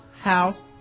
house